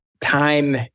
time